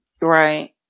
Right